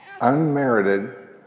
Unmerited